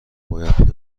باید